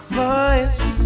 voice